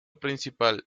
principal